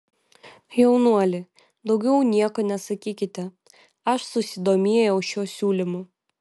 jaunuoli daugiau nieko nesakykite aš susidomėjau šiuo siūlymu